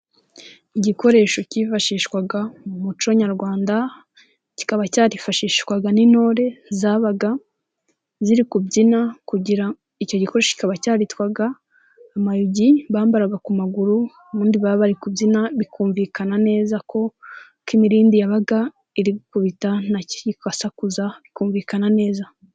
Igikoresho cyifashishwaga mu muco nyarwanda, kikaba cyarifashishwaga n'intore zabaga ziri kubyina, icyo gikore kikaba cyaritwaga amayugi, bambaraga ku maguru, ubundi bari bari kubyina bikumvikana neza ko imirindi yabaga irigukubita nta kirikuhasakuza ikumvikana neza.